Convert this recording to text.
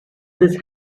this